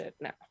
now